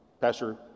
Pastor